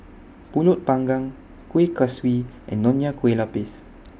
Pulut Panggang Kueh Kaswi and Nonya Kueh Lapis